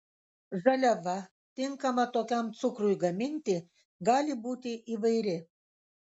žaliava tinkama tokiam cukrui gaminti gali būti įvairi